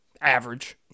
average